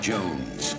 Jones